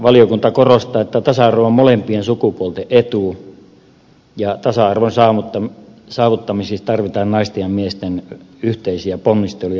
valiokunta korostaa että tasa arvo on molempien sukupuolten etu ja tasa arvon saavuttamiseksi tarvitaan naisten ja miesten yhteisiä ponnisteluja